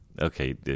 Okay